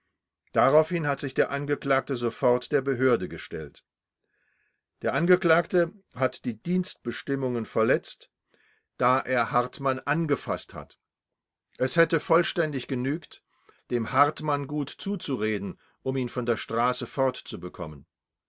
daraufhin hat sich der angeklagte sofort der behörde gestellt der angeklagte hat die dienstbestimmungen verletzt da er hartmann angefaßt hat es hätte vollständig genügt dem hartmann gut zuzureden reden um ihn von der straße fortzubekommen